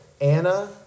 Anna